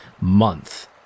month